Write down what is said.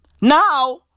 Now